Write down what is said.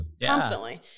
constantly